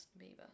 Bieber